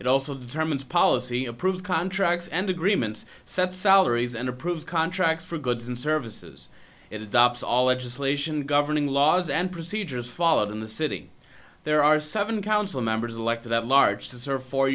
it also determines policy approved contracts and agreements set salaries and approves contracts for goods and services it adopts all edge sleigh ssion governing laws and procedures followed in the city there are seven council members elected at large to serve fo